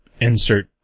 insert